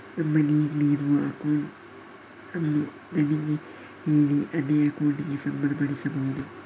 ನಮ್ಮಲ್ಲಿ ಈಗ್ಲೇ ಇರುವ ಅಕೌಂಟ್ ಅನ್ನು ಧಣಿಗೆ ಹೇಳಿ ಅದೇ ಅಕೌಂಟಿಗೆ ಸಂಬಳ ಪಡೀಬಹುದು